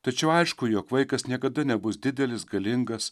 tačiau aišku jog vaikas niekada nebus didelis galingas